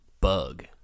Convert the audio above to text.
Bug